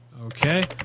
okay